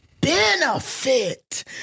benefit